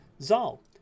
Zal